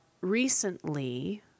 recently